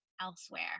elsewhere